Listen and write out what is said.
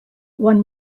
one